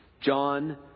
John